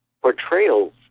portrayals